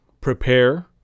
Prepare